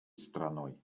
страной